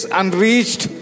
unreached